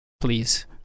Please